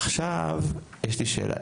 עכשיו יש לי שאלה,